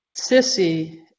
Sissy